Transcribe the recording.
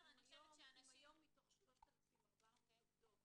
אם היום מתוך 3,400 עובדות